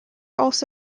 almost